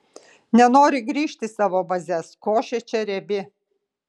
nenori grįžt į savo bazes košė čia riebi